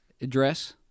address